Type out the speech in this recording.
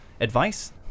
advice